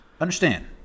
Understand